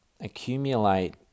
accumulate